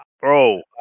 bro